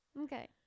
Okay